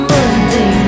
Monday